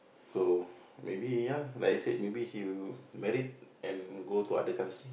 so maybe ya like it say maybe you married and go to other country